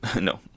No